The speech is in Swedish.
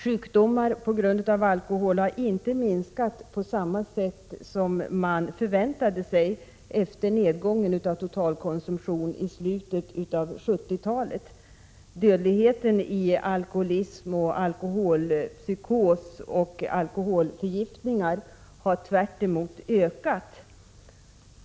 Sjukdomar på grund av alkohol har inte minskat på samma sätt som man förväntade sig efter nedgångarna av totalkonsumtionen i slutet av 1970-talet. Dödligheten i alkoholism, alkoholpsykos och alkoholförgiftning har tvärtom ökat.